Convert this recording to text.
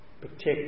Protect